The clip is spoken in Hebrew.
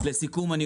לסיכום אומר